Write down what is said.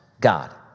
God